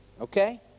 okay